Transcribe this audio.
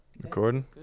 Recording